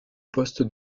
poste